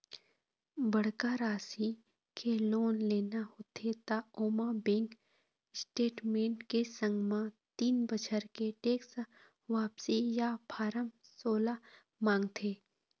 बड़का राशि के लोन लेना होथे त ओमा बेंक स्टेटमेंट के संग म तीन बछर के टेक्स वापसी या फारम सोला मांगथे